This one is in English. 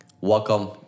welcome